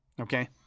okay